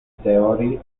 teoría